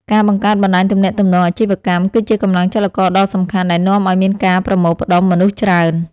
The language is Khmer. ការបង្កើតបណ្តាញទំនាក់ទំនងអាជីវកម្ម គឺជាកម្លាំងចលករដ៏សំខាន់ដែលនាំឱ្យមានការប្រមូលផ្ដុំមនុស្សច្រើន។